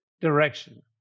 direction